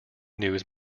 news